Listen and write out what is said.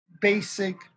basic